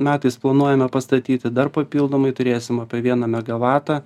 metais planuojame pastatyti dar papildomai turėsim apie vieną megavatą